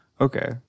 Okay